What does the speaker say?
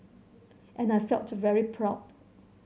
and I felt very proud